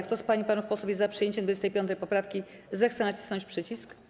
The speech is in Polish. Kto z pań i panów posłów jest za przyjęciem 25. poprawki, zechce nacisnąć przycisk.